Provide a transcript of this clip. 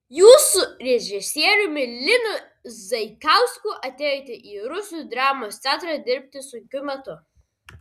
jūs su režisieriumi linu zaikausku atėjote į rusų dramos teatrą dirbti sunkiu metu